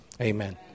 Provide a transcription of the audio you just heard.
Amen